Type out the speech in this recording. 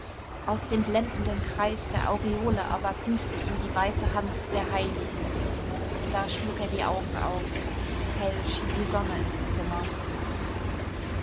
aus dem blendenden kreis der aureole aber grüßte ihn die weiße hand der heiligen da schlug er die augen auf hell schien die sonne ins zimmer